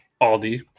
Aldi